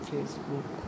Facebook